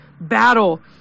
battle